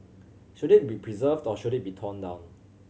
should it be preserved or should it be torn down